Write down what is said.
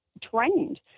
trained